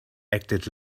acted